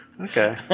Okay